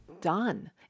done